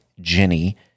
Jenny